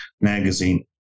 Magazine